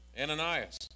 Ananias